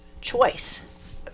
choice